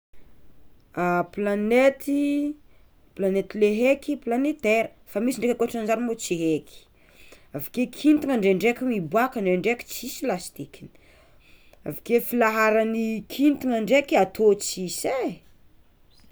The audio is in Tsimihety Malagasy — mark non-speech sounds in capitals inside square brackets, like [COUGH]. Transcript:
[HESITATION] Planety, planety le heky planety tera, fa misy ndraiky ankotran'izany moa tsy heky, avakeo kintana ndraindraiky miboaka ndraindraiky tsisy lasite jy, avakeo filaharan'ny kintana ndraiky atô tsisy e.